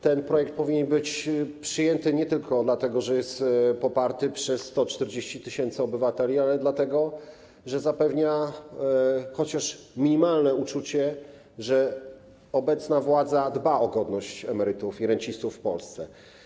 Ten projekt powinien być przyjęty nie tylko dlatego, że jest poparty przez 140 tys. obywateli, ale też dlatego, że chociaż minimalnie zapewnia uczucie, że obecna władza dba o godność emerytów i rencistów w Polsce.